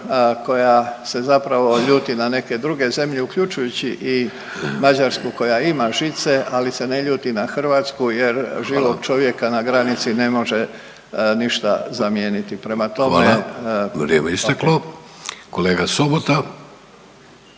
koja se zapravo ljuti na neke druge zemlje uključujući i Mađarsku koja ima žice, ali se ne ljuti na Hrvatsku jer živog čovjeka na granici ne može ništa zamijeniti. Prema tome …/Upadica: Hvala, vrijeme je isteklo./… ok.